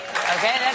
okay